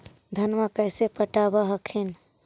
धन्मा कैसे पटब हखिन?